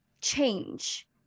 change